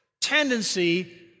tendency